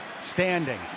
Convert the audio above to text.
Standing